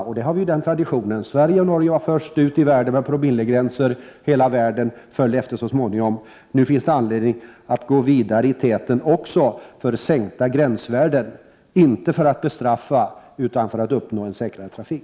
Vi har i Sverige den traditionen, och Sverige och Norge var först i världen med att införa promillegränser. Hela världen följde så småningom efter. Det finns nu anledning att gå i täten också för sänkta gränsvärden, inte för att bestraffa, utan för att uppnå en säkrare trafik.